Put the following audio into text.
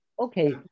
okay